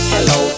Hello